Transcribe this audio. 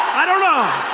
i don't know